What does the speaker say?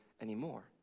anymore